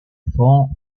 fond